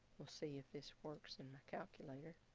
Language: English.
we'll see if this works in my calculator.